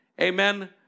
amen